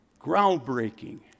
groundbreaking